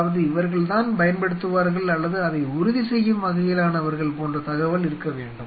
அதாவது இவர்கள் தான் பயன்படுத்துவார்கள் அல்லது அதை உறுதி செய்யும் வகையிலானவர்கள் போன்ற தகவல் இருக்க வேண்டும்